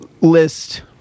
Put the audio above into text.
list